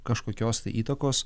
kažkokios tai įtakos